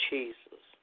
Jesus